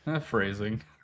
Phrasing